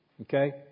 Okay